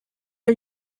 are